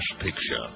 Picture